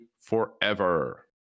forever